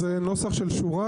כן, זה נוסח של שורה.